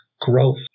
Growth